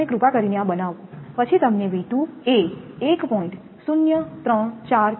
તમે કૃપા કરીને આ બનાવો પછી તમને V2 એ 1